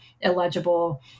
illegible